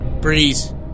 Breeze